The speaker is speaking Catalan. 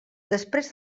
després